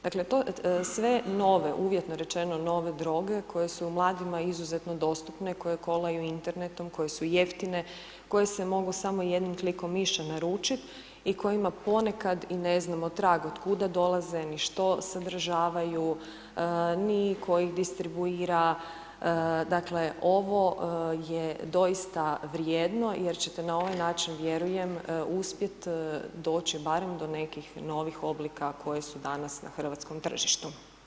Dakle, to sve nove, uvjetno rečeno, nove droge, koje su mladima izuzetno dostupne, koje kolaju internetom, koje su jeftine, koje se mogu samo jednim klikom miša naručit i kojima ponekad i ne znamo trag otkuda dolaze, ni što sadržavaju, ni tko ih distribuira, dakle, ovo je doista vrijedno jer ćete na ovaj način, vjerujem, uspjet doći barem do nekih novih oblika koji su danas na hrvatskom tržištu.